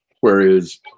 Whereas